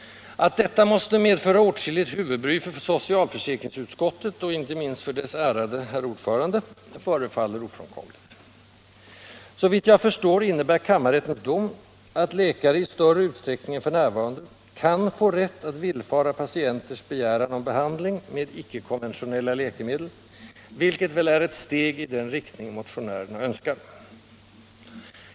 Att detta måste medföra åtskilligt huvudbry för socialförsäkringsutskottet, och inte minst för dess ärade herr ordförande, förefaller ofrånkomligt. Såvitt jag förstår innebär kammarrättens dom att läkare i större utsträckning än f. n. kan få rärt att villfara patienters begäran om behandling med icke konventionella läkemedel, vilket väl är ett steg i den riktning motionärerna önskar.